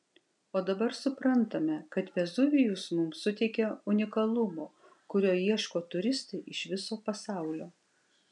o dabar suprantame kad vezuvijus mums suteikia unikalumo kurio ieško turistai iš viso pasaulio